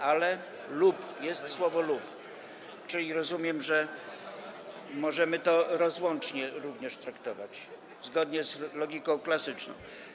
ale jest słowo „lub”, [[Wesołość na sali]] czyli, rozumiem, możemy to rozłącznie również traktować, zgodnie z logiką klasyczną.